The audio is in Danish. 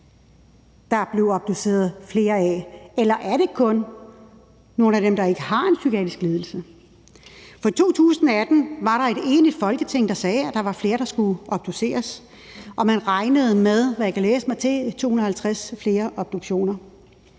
er blevet obduceret flere af, eller om det kun er dem, der ikke har en psykiatrisk lidelse. I 2018 var der et enigt Folketing, der sagde, at der var flere, der skulle obduceres, og at man regnede med, af hvad jeg kan læse mig til, 250 flere obduktioner,